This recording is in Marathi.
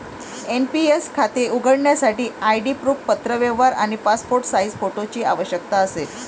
एन.पी.एस खाते उघडण्यासाठी आय.डी प्रूफ, पत्रव्यवहार आणि पासपोर्ट साइज फोटोची आवश्यकता असेल